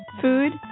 food